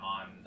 on